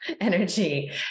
energy